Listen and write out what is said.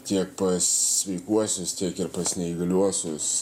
tiek pas sveikuosius tiek ir pas neįgaliuosius